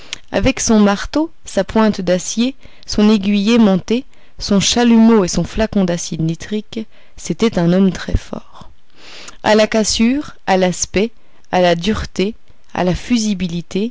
avec son marteau sa pointe d'acier son aiguille aimantée son chalumeau et son flacon d'acide nitrique c'était un homme très fort a la cassure à l'aspect à la dureté à la